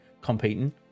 competing